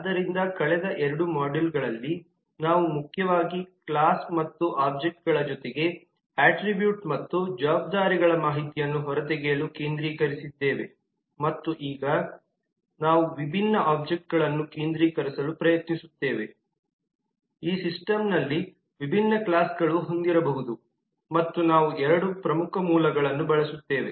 ಆದ್ದರಿಂದ ಕಳೆದ ಎರಡು ಮಾಡ್ಯೂಲ್ಗಳಲ್ಲಿ ನಾವು ಮುಖ್ಯವಾಗಿ ಕ್ಲಾಸ್ ಮತ್ತು ಆಬ್ಜೆಕ್ಟ್ಗಳ ಜೊತೆಗೆ ಅಟ್ರಿಬ್ಯೂಟ್ ಮತ್ತು ಜವಾಬ್ದಾರಿಗಳ ಮಾಹಿತಿಯನ್ನು ಹೊರತೆಗೆಯಲು ಕೇಂದ್ರೀಕರಿಸಿದ್ದೇವೆ ಮತ್ತು ಈಗ ನಾವು ವಿಭಿನ್ನ ಆಬ್ಜೆಕ್ಟ್ಗಳನ್ನು ಕೇಂದ್ರೀಕರಿಸಲು ಪ್ರಯತ್ನಿಸುತ್ತೇವೆ ಈ ಸಿಸ್ಟಮ್ಲ್ಲಿ ವಿಭಿನ್ನ ಕ್ಲಾಸ್ಗಳು ಹೊಂದಿರಬಹುದು ಮತ್ತು ನಾವು ಎರಡು ಪ್ರಮುಖ ಮೂಲಗಳನ್ನು ಬಳಸುತ್ತೇವೆ